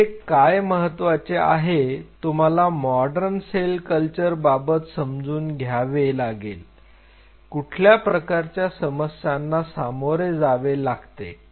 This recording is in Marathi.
तरी इथे काय महत्त्वाचे आहे तुम्हाला मॉडर्न सेल कल्चर बाबत समजून घ्यावे लागेल कुठल्या प्रकारच्या समस्यांना सामोरे जावे लागते